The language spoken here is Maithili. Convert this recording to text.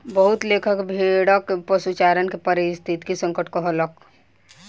बहुत लेखक भेड़क पशुचारण के पारिस्थितिक संकट कहलक